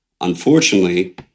Unfortunately